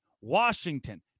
Washington